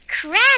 Crack